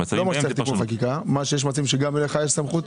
לא מצב של תיקון חקיקה, יש מצבים שגם לך יש סמכות?